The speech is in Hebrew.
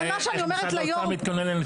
השאלה היא האם אפשר לעוד סתם להתכונן,